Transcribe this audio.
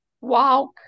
walk